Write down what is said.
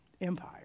Empire